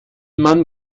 man